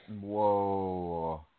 Whoa